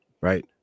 Right